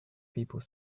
people